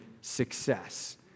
success